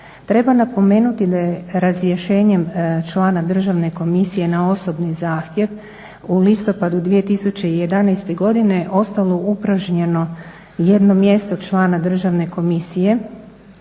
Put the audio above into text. Treba napomenuti da je razrješenjem člana državne komisije na osobni zahtjev u listopadu 2011. godine ostalo upražnjeno 1 mjesto člana državne komisije